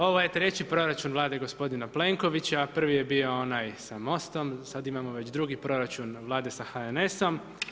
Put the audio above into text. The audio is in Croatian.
Ovo je treći proračun Vlade gospodina Plenkovića, prvi je bio onaj sa Mostom, sada imamo već drugi proračun Vlade sa HNS-om.